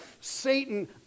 Satan